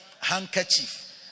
handkerchief